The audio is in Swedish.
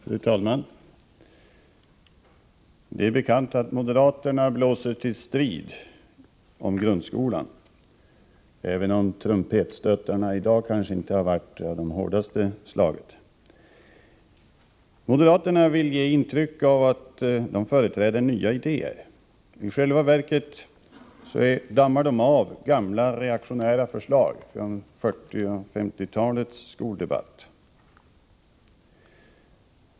Fru talman! Det är bekant att moderaterna blåser till strid om grundskolan, även om trumpetstötarna i dag kanske inte har varit av det hårdaste slaget. Moderaterna vill ge intryck av att de företräder nya idéer. I själva verket dammar de av gamla reaktionära förslag från 1940 och 1950-talens skoldebatt.